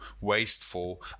wasteful